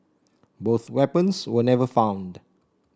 both weapons were never found